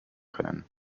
können